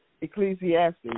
Ecclesiastes